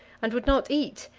and would not eat,